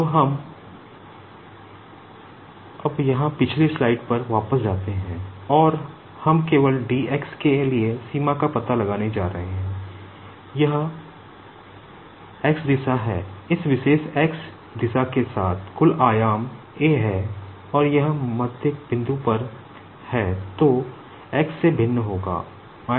अब हम अब यहां पिछली स्लाइड पर वापस जाते हैं और हम केवल dx के लिए सीमा का पता लगाने जा रहे हैं अब यह x दिशा है और इस विशेष x दिशा के साथ कुल डायमेंशन a है और यह मध्य बिंदु पर है